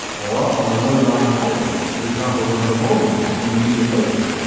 or on a low-lying island, for example, one of the maldives in the indian ocean,